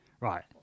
Right